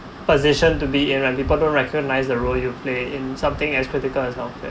position to be in when people don't recognise the role you play in something as critical as long that